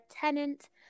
Tenant